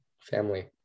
family